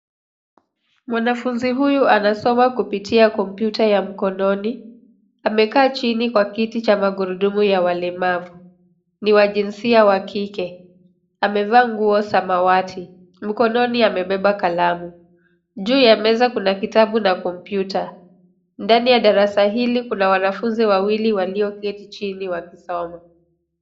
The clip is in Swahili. Mwanafunzi huyu anasoma kupitia kompyuta ya mkononi, amekaa chini kwa kiti cha magurudumu ya walemavu. Ni wa jinsia wa kike, amevaa nguo samawati. Mkononi amebeba kalamu. Juu ya meza kuna kitabu na kompyuta. Ndani ya darasa hili kuna wanafunzi wawili walioketi chini wakisoma.